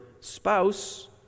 spouse